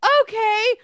okay